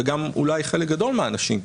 וגם אולי חלק גדול מהאנשים פה,